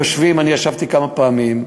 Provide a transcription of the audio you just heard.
יושבים, אני ישבתי כמה פעמים,